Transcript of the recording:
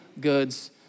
goods